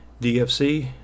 dfc